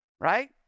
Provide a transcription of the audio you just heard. right